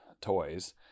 toys